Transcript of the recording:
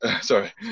sorry